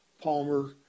Palmer